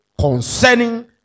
concerning